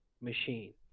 machine